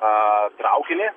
a traukinį